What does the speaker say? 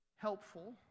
Helpful